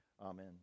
amen